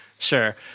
Sure